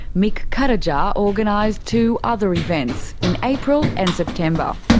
mick cutajar organised two other events, in april and september.